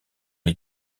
les